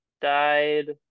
died